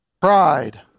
pride